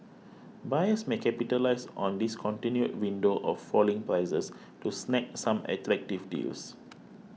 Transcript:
buyers may capitalise on this continued window of falling prices to snag some attractive deals